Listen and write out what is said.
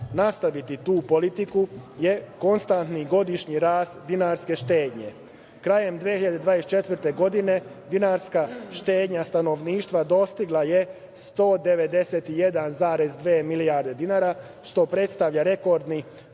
nastaviti tu politiku je konstantan godišnji rast dinarske štednje. Krajem 2024. godine dinarska štednja stanovništva dostigla je 191,2 milijarde dinara, što predstavlja rekordni